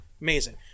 Amazing